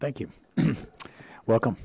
thank you welcome